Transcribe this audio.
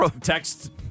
text